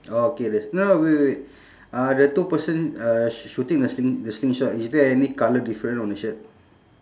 orh K there's no no wait wait uh the two person uh sh~ shooting the sling~ the slingshot is there any colour difference on the shirt